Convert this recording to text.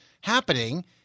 happening